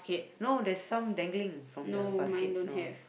no there's some dangling from the basket no